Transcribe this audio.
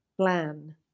plan